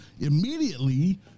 Immediately